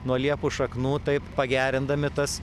nuo liepų šaknų taip pagerindami tas